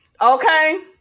Okay